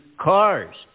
cars